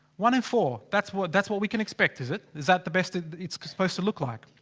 one in four? that's what that's what we can expect is it? is that the best it's supposed to look like?